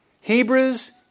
Hebrews